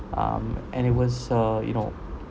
um and it was uh you know